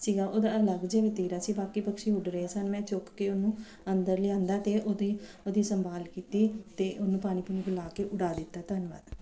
ਸੀਗਾ ਉਹਦਾ ਅਲੱਗ ਜਿਹਾ ਵਤੀਰਾ ਸੀ ਬਾਕੀ ਪੰਛੀ ਉੱਡ ਰਹੇ ਸਨ ਮੈਂ ਚੁੱਕ ਕੇ ਉਹਨੂੰ ਅੰਦਰ ਲਿਆਉਂਦਾ ਅਤੇ ਉਹਦੀ ਉਹਦੀ ਸੰਭਾਲ ਕੀਤੀ ਅਤੇ ਉਹਨੂੰ ਪਾਣੀ ਪੁਣੀ ਪਿਲਾ ਕੇ ਉਡਾ ਦਿੱਤਾ ਧੰਨਵਾਦ